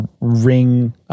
Ring